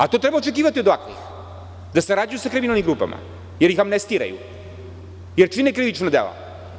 A to treba očekivati od ovakvih, da sarađuju sa kriminalnim grupama, jer ih amnestiraju, jer čine krivična dela.